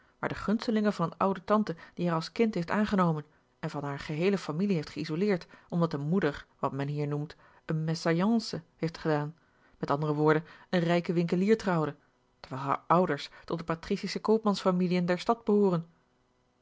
maar de gunstelinge van eene oude tante die haar als kind heeft aangenomen en van hare geheele familie heeft geïsoleerd omdat de moeder wat men hier noemt eene mésalliance heeft gedaan met andere woorden een rijken winkelier trouwde terwijl hare ouders tot de pratricische koopmansfamiliën der stad behooren